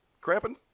cramping